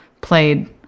played